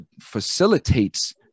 facilitates